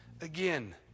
again